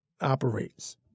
operates